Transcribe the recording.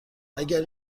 مگر